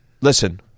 listen